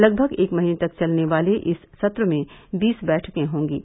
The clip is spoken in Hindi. लगभग एक महीने तक चलने वाले इस सत्र में बीस बैठकें होगीं